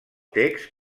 text